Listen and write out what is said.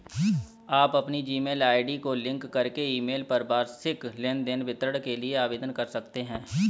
आप अपनी Gmail ID को लिंक करके ईमेल पर वार्षिक लेन देन विवरण के लिए भी आवेदन कर सकते हैं